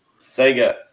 Sega